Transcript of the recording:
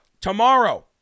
Tomorrow